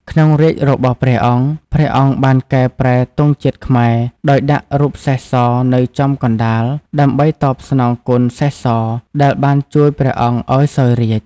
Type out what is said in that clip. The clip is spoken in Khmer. ក្នុងរាជ្យរបស់ព្រះអង្គ ព្រះអង្គបានកែប្រែទង់ជាតិខ្មែរដោយដាក់រូបសេះសនៅចំកណ្តាល ដើម្បីតបស្នងគុណសេះស ដែលបានជួយព្រះអង្គឱ្យសោយរាជ្យ ។